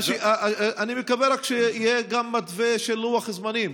אני מקווה רק שיהיה גם מתווה של לוח זמנים,